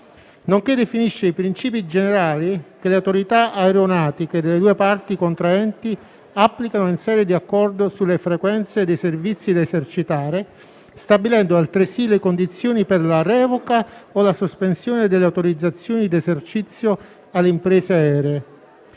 nonché definisce i principi generali che le autorità aeronautiche delle due parti contraenti applicano in sede di accordo sulle frequenze dei servizi da esercitare, stabilendo altresì le condizioni per la revoca o la sospensione delle autorizzazioni di esercizio alle imprese aeree.